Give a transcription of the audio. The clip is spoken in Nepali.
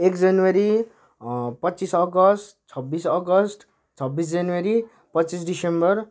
एक जनवरी पच्चिस अगस्त छब्बिस अगस्त छब्बिस जनवरी पच्चिस दिसम्बर